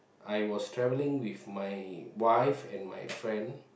I was travelling with my wife and my friend